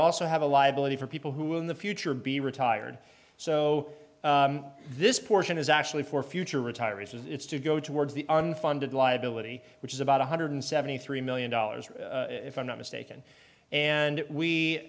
also have a liability for people who in the future be retired so this portion is actually for future retirees it's to go towards the unfunded liability which is about one hundred seventy three million dollars if i'm not mistaken and